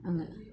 അങ്ങ്